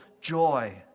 joy